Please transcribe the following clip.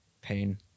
Pain